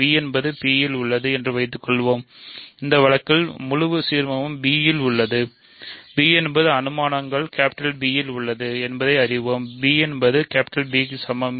bஎன்பது P இல் உள்ளது என்று வைத்துக்கொள்வோம் இந்த வழக்கில் முழு சீர்மமும் b இல் உள்ளது b என்பது அனுமானங்கள் P இல் உள்ளது என்பதை நாம் அறிவோம் b என்பது P க்கு சமம்